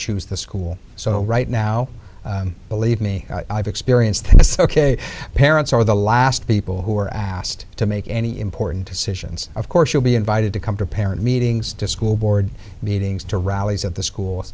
choose the school so right now believe me i've experienced this ok parents are the last people who are asked to make any important decisions of course will be invited to come to parent meetings to school board meetings to rallies at the school